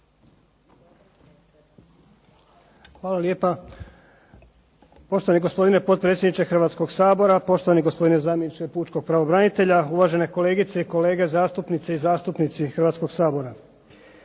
Hvala lijepa. Poštovani gospodine potpredsjedniče Hrvatskoga sabora, poštovani gospodine zamjeniče pučkog pravobranitelja, uvažene kolegice i kolege zastupnice i zastupnici Hrvatskoga sabora.